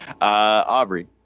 Aubrey